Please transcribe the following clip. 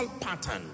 pattern